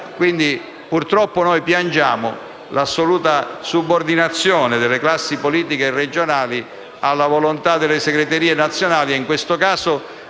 XVII)*. Purtroppo piangiamo l'assoluta subordinazione delle classi politiche regionali alle volontà delle segretarie nazionali; piangiamo in questo caso